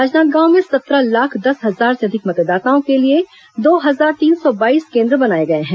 राजनांदगांव में सत्रह लाख दस हजार से अधिक मतदाताओं के लिए दो हजार तीन सौ बाईस केन्द्र बनाए गए हैं